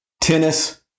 tennis